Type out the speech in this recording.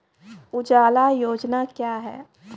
उजाला योजना क्या हैं?